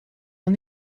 and